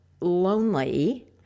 lonely